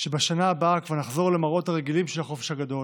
שבשנה הבאה כבר נחזור למראות הרגילים של החופש הגדול,